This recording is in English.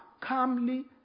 calmly